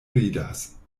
ridas